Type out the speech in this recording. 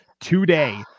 today